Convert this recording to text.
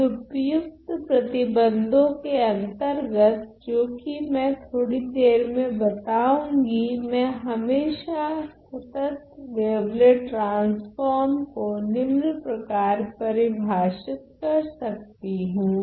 तब उपयुक्त प्रतिबंधों के अंतर्गत जो कि मैं थोड़ी देर में बताऊंगी मैं हमेशा संतत वेवलेट ट्रान्स्फ़ोर्म को निम्न प्रकार परिभाषित कर सकती हूँ